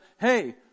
hey